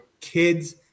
kids